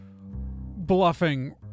bluffing